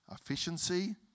efficiency